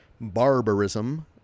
barbarism